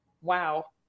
wow